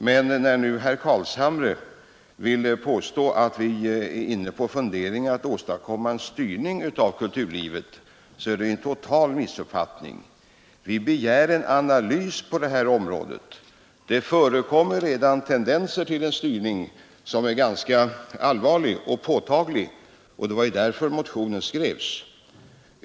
Men när nu herr Carlshamre vill påstå att vi är inne på funderingar att åstadkomma en styrning av kulturlivet, är detta en total missuppfattning. Vi begär en analys på detta område. Det förekommer redan tendenser till en styrning inom den privata sektorn som är ganska allvarliga och påtagliga, och det var ju därför motionen skrevs.